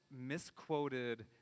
misquoted